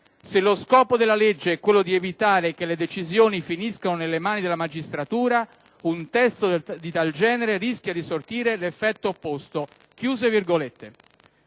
Se lo scopo della legge è quello di evitare che le decisioni finiscano nelle mani della magistratura, un testo del genere rischia di sortire l'effetto opposto».